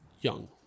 young